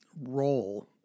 role